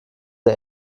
der